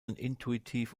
intuitiv